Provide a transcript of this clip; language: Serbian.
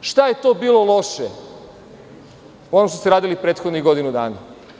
šta je to bilo loše ono što ste radili prethodnih godinu dana.